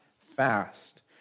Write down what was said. fast